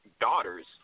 daughters